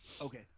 Okay